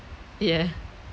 yeah